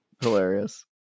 Hilarious